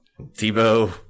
Tebow